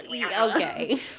okay